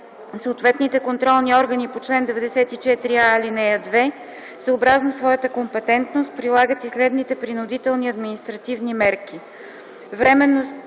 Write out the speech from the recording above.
съответните контролни органи по чл. 94а, ал. 2, съобразно своята компетентност прилагат следните принудителни административни мерки: